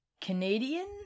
Canadian